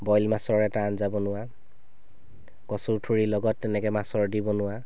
boil মাছৰ এটা আঞ্জা বনোৱা কচুৰ ঠুৰি লগত তেনেকৈ মাছৰ দি বনোৱা